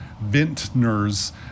Vintners